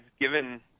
given